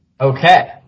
Okay